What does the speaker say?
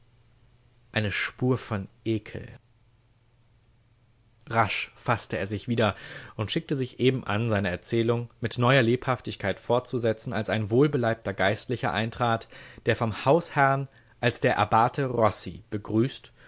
eine spur von ekel rasch faßte er sich wieder und schickte sich eben an seine erzählung mit neuer lebhaftigkeit fortzusetzen als ein wohlbeleibter geistlicher eintrat der vom hausherrn als der abbate rossi begrüßt